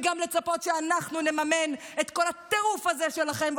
וגם לצפות שאנחנו נממן את כל הטירוף הזה שלכם,